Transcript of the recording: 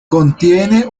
contiene